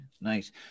nice